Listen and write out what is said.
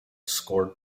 scored